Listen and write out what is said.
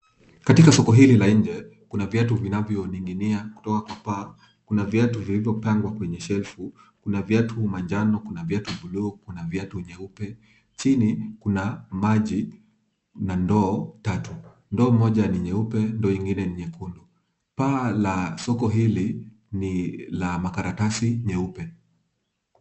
Katika soko hili la nje, kuna viatu vinavyoning’inia kutoka kwa paa, kuna viatu vilivyopangwa kwenye shelfu, kuna viatu manjano, kuna viatu buluu, kuna viatu vyeupe. Chini, kuna maji na ndoo tatu. Ndoo moja ni nyeupe, ndoo nyingine ni nyekundu. Paa la soko hili ni la karatasi nyeupe.